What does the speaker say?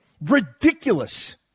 ridiculous